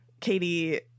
Katie